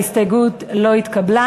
ההסתייגות לא התקבלה.